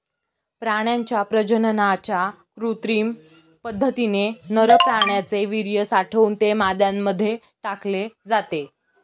प्राण्यांच्या प्रजननाच्या कृत्रिम पद्धतीने नर प्राण्याचे वीर्य साठवून ते माद्यांमध्ये टाकले जाते